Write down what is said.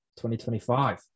2025